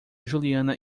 juliana